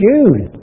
Jude